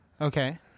Okay